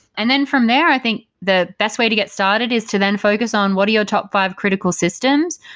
and then from there, i think the best way to get started is to then focus on what are your top five critical systems,